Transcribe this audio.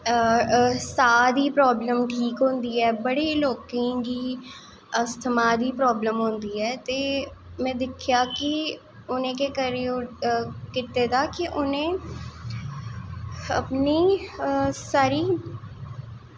सहा दी प्रावलम ठीक होंदी ऐ बड़े लोगें गी अस्थमां दी प्रवलम होंदी ऐ ते में दिक्केआ कि उनैं केह् कीते दा कि उनें अपनी सारी